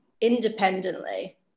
independently